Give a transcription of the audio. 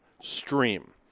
stream